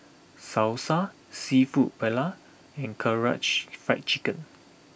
Salsa Seafood Paella and Karaage Fried Chicken